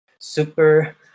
super